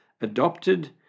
adopted